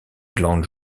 glandes